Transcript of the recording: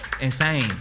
insane